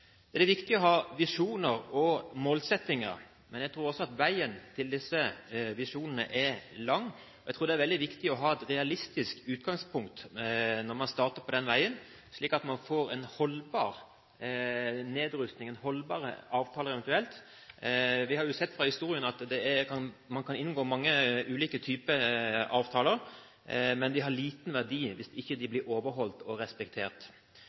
Det er viktig å ha visjoner og målsettinger, men jeg tror at veien til disse visjonene er lang. Jeg tror det er veldig viktig å ha et realistisk utgangspunkt når man starter på den veien, slik at man får en holdbar nedrustning og – eventuelt – en holdbar avtale. Vi har sett fra historien at man kan inngå mange ulike typer avtaler, men de har liten verdi hvis de ikke blir overholdt og respektert.